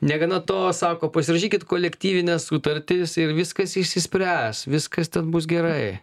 negana to sako pasirašykit kolektyvines sutartis ir viskas išsispręs viskas ten bus gerai